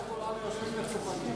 אנחנו פה כולנו יושבים וצוחקים,